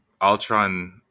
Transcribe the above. Ultron